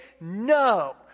no